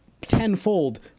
tenfold